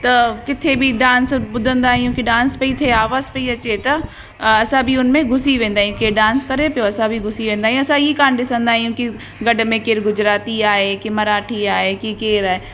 त किथे बि डांस ॿुधंदा आहियूं कि डांस पई थिए आवाजु पई अचे त असां बि उन में घुसी वेंदा आहियूं कि डांस करे पियो असां बि घुसी वेंदा आहियूं असां ई कोन ॾिसंदा आहियूं कि गॾ में केरु गुजराती आहे के मराठी आहे कि केरु आहे